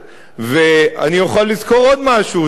ואני יכול לזכור עוד משהו,